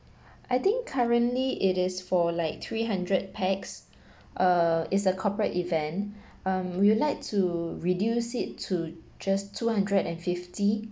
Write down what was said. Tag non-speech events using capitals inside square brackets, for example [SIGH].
I think currently it is for like three hundred pax [BREATH] uh it's a corporate event [BREATH] um we'll like to reduce it to just two hundred and fifty